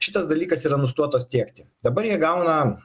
šitas dalykas yra nustotas tiekti dabar jie gauna